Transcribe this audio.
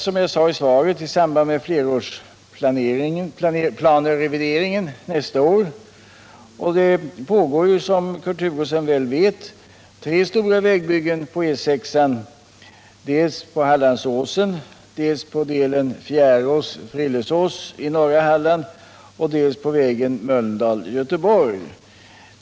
Som jag sade i svaret kommer frågorna som rör Europaväg 6 att prövas 51 i samband med revideringen av flerårsplanerna nästa år. Och som Kurt Hugosson väl känner till pågår tre stora vägbyggen på E 6, dels på Hallandsåsen, dels på leden Fjärås-Frillesås i norra Halland, dels på vägen Mölndal-Göteborg.